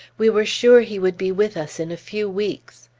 we were sure he would be with us in a few weeks!